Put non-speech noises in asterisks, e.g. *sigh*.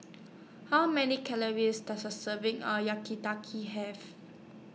How Many Calories Does A Serving of *unintelligible* Have